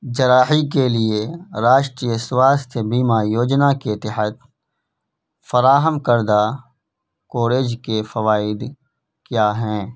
جراحی کے لیے راشٹریہ سواستھ بیمہ یوجنا کے تحت فراہم کردہ کوریج کے فوائد کیا ہیں